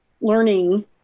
learning